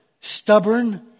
stubborn